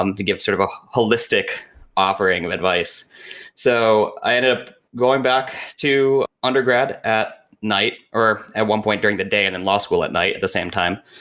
um to give sort of a holistic offering of advice so i ended up going back to undergrad at night, or at one point during the day and then and law school at night at the same time,